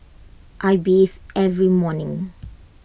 I bathe every morning